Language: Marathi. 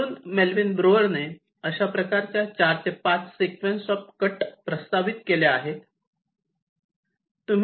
म्हणून मेलविन ब्रुअरने अशा प्रकारच्या चार ते पाच सिक्वेन्स ऑफ कट प्रस्तावित केल्या आहेत